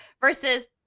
Versus